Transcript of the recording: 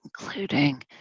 Including